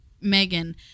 Megan